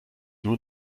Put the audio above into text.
nur